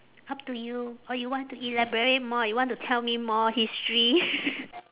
up to you or you want to elaborate more you want to tell me more history